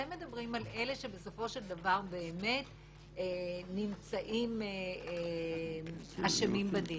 אתם מדברים על אלה שבסופו של דבר נמצאים אשמים בדין.